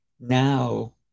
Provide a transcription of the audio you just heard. Now